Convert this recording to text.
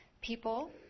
people